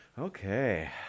okay